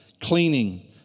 cleaning